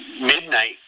midnight